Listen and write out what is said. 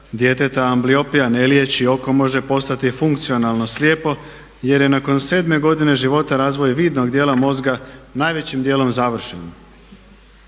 djeteta ambliopija ne liječi oko može postati funkcionalno slijepo jer je nakon 7. godine života razvoj vidnog dijela mozga najvećim dijelom završeno.